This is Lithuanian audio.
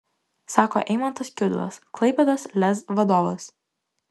sako eimantas kiudulas klaipėdos lez vadovas